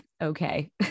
okay